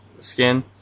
skin